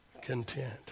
content